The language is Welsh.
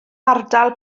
ardal